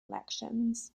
elections